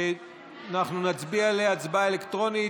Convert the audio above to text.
אנחנו נצביע עליה בהצבעה אלקטרונית.